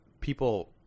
people